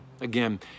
Again